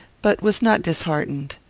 but was not disheartened.